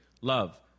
love